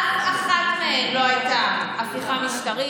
אף אחת מהן לא הייתה הפיכה משטרית,